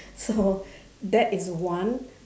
so that is one